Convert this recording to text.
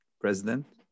President